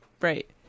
Right